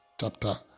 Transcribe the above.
chapter